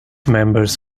members